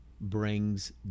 brings